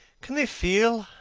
can they feel,